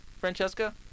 Francesca